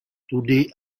today